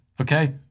okay